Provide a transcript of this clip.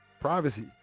Privacy